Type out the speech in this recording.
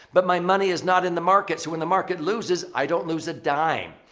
but my money is not in the market. so, when the market loses, i don't lose a dime.